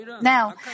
Now